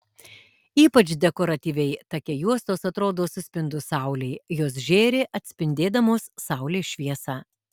ypač dekoratyviai take juostos atrodo suspindus saulei jos žėri atspindėdamos saulės šviesą